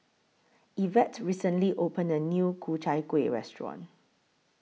Evette recently opened A New Ku Chai Kuih Restaurant